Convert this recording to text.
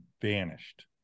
vanished